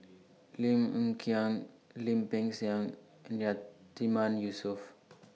Lim Hng Kiang Lim Peng Siang and Yatiman Yusof